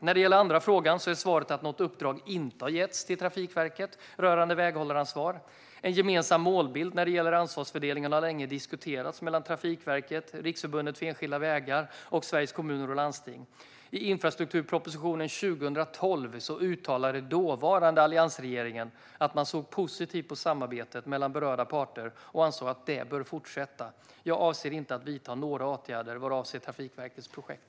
När det gäller den andra frågan är svaret att något uppdrag inte har getts till Trafikverket rörande väghållaransvar. En gemensam målbild när det gäller ansvarsfördelningen har länge diskuterats mellan Trafikverket, Riksförbundet Enskilda vägar och Sveriges Kommuner och Landsting. I infrastrukturpropositionen 2012 uttalade dåvarande alliansregeringen att man såg positivt på samarbetet mellan berörda parter och ansåg att det bör fortsätta. Jag avser inte att vidta några åtgärder vad avser Trafikverkets projekt.